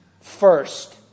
first